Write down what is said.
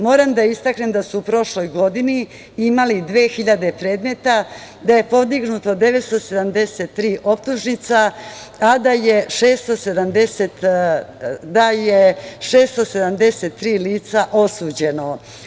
Moram da istaknem da su u prošloj godini imali 2.000 predmeta, da je podignuto 973 optužnica, a da je 673 lica osuđeno.